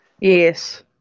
Yes